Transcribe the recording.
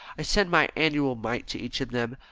i send my annual mite to each of them.